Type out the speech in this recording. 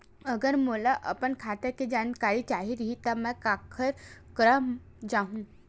अगर मोला अपन खाता के जानकारी चाही रहि त मैं काखर करा जाहु?